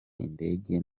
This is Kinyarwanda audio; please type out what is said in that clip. indege